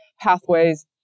pathways